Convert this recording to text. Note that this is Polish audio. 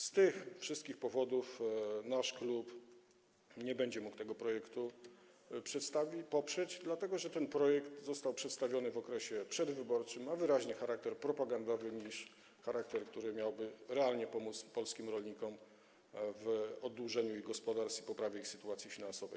Z tych wszystkich powodów nasz klub nie będzie mógł tego projektu poprzeć, dlatego że ten projekt został przedstawiony w okresie przedwyborczym, ma wyraźniej charakter propagandowy niż charakter, który miałby realnie pomóc polskim rolnikom w oddłużeniu ich gospodarstw i poprawie ich sytuacji finansowej.